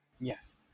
Yes